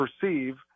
perceive